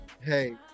hey